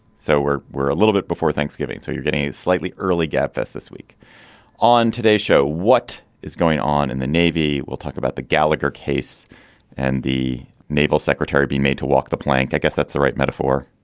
so we're we're a little bit before thanksgiving. so you're getting slightly early gabfest this week on today's show. what is going on in the navy? we'll talk about the gallagher case and the naval secretary be made to walk the plank. i guess that's the right metaphor.